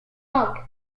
mug